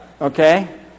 okay